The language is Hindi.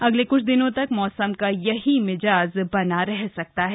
अगले क्छ दिनों तक मौसम का यही मिजाज बना रह सकता है